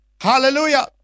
Hallelujah